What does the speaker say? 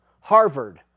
Harvard